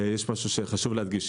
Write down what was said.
יש משהו שחשוב להדגיש.